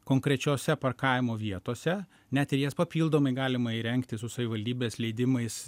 konkrečiose parkavimo vietose net ir jas papildomai galima įrengti su savivaldybės leidimais